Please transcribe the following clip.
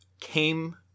came